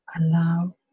Allow